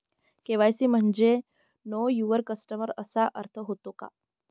KYC म्हणजे know your customer असा अर्थ होतो का?